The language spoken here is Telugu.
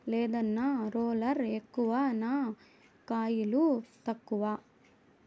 లేదన్నా, రోలర్ ఎక్కువ నా కయిలు తక్కువ